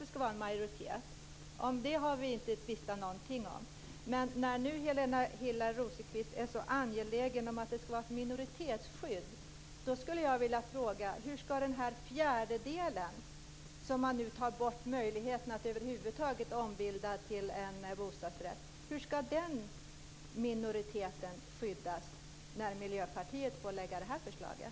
Det skall vara en majoritet. Om det har vi inte tvistat någonting. Men när nu Helena Hillar Rosenqvist är så angelägen om att det skall vara ett minoritetsskydd skulle jag vilja fråga: Hur skall den fjärdedel, den minoritet, som man nu tar ifrån möjligheten att över huvud taget ombilda till en bostadsrätt skyddas när Miljöpartiet får lägga fram det här förslaget?